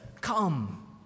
come